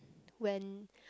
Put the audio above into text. when